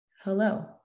Hello